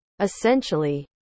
Essentially